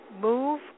move